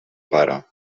pare